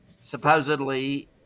Supposedly